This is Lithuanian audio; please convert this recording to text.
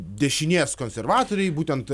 dešinės konservatoriai būtent